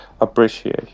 appreciate